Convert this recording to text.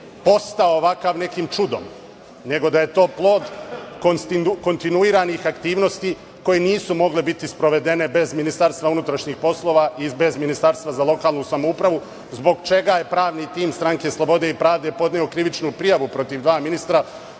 postao ovakav nekim čudom, nego da je to plod kontinuiranih aktivnosti koje nisu mogle biti sprovedene bez MUP-a i bez Ministarstva za lokalnu samoupravo, zbog čega je pravni tim stranke „Slobode i pravde“ podneo krivičnu prijavu protiv dva ministra